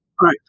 right